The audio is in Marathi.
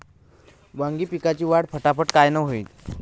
वांगी पिकाची वाढ फटाफट कायनं होईल?